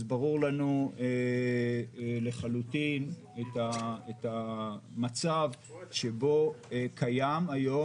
אז ברור לנו לחלוטין המצב שבו קיים היום